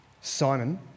Simon